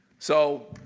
so,